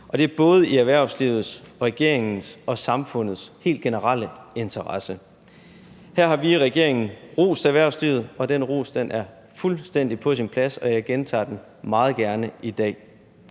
og det er både i erhvervslivets, regeringens og samfundets helt generelle interesse. Her har vi i regeringen rost erhvervslivet, og den ros er fuldstændig på sin plads, og jeg gentager den meget gerne i dag.